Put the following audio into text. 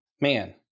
man